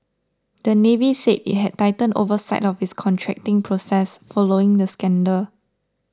the Navy said it has tightened oversight of its contracting process following the scandal